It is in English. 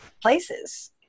places